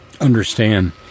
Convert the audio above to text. understand